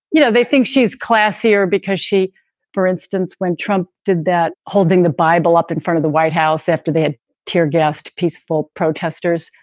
you know, they think she's classier because she for instance, when trump did that, holding the bible up in front of the white house after they had teargassed peaceful protesters,